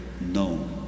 known